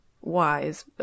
Wise